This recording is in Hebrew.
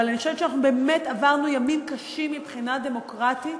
אבל אני חושבת שאנחנו באמת עברנו ימים קשים מבחינה דמוקרטית,